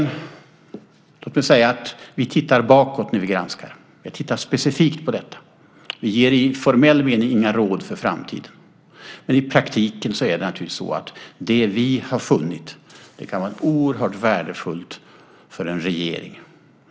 Vi tittar bakåt när vi granskar. Vi tittar specifikt på detta. Vi ger i formell mening inga råd för framtiden. Men i praktiken är det naturligtvis så att det vi har funnit kan vara oerhört värdefullt för en regering.